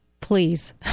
please